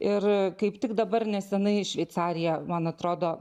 ir kaip tik dabar neseniai šveicarija man atrodo